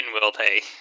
will-they